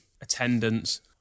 attendance